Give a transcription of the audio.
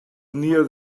near